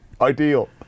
Ideal